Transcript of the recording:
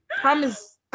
Promise